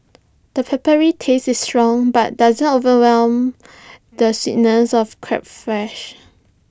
the peppery taste is strong but doesn't overwhelm the sweetness of crab's flesh